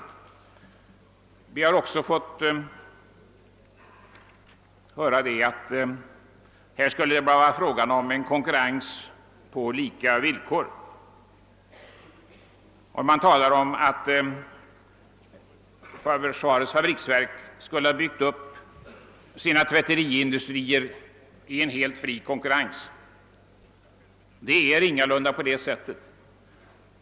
Vi har också fått höra att det här skulle vara fråga om en konkurrens på lika villkor, och det har talats om att försvarets fabriksverk skulle ha byggt upp sina tvätteriindustrier under helt fri konkurrens. Det är ingalunda på det sättet.